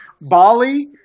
Bali